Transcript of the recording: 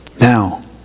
Now